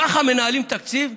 ככה מנהלים תקציב?